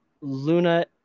Luna